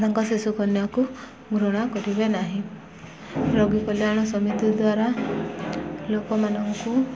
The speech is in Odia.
ତାଙ୍କ ଶିଶୁ କନ୍ୟାକୁ ଘୃଣା କରିବେ ନାହିଁ ରୋଗୀ କଲ୍ୟାଣ ସମିତି ଦ୍ୱାରା ଲୋକମାନଙ୍କୁ